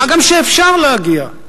מה גם שאפשר להגיע.